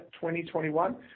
2021